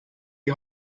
die